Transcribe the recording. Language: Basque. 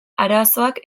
arazoak